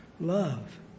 Love